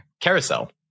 carousel